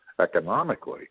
economically